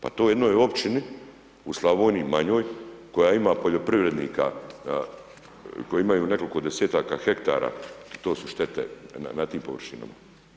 Pa to jednoj općini u Slavoniji manjoj koja ima poljoprivrednika, kolji imaju nekoliko 10-aka hektara, to su štete na tim površinama.